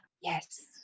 yes